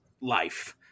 life